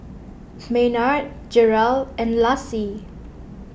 Maynard Jerel and Lassie